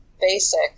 basic